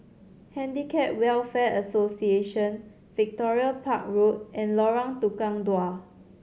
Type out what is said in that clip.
Handicap Welfare Association Victoria Park Road and Lorong Tukang Dua